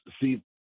see